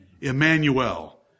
Emmanuel